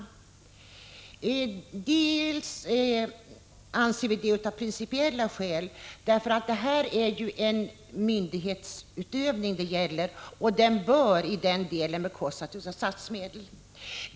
För det första hyser vi denna åsikt av principiella skäl, därför att det gäller en myndighetsutövning, och verksamheten bör i den delen bekostas med statsmedel.